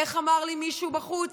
איך אמר לי מישהו בחוץ: